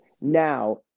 Now